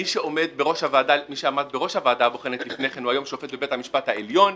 מי שעמד בראש הוועדה הבוחנת לפני כן הוא היום שופט בבית המשפט העליון.